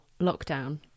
lockdown